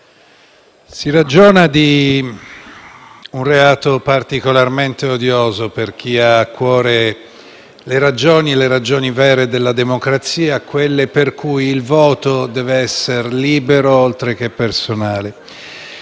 si ragiona di un reato particolarmente odioso per chi ha a cuore le ragioni vere della democrazia, quelle per cui il voto deve essere libero, oltre che personale.